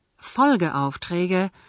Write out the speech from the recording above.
folgeaufträge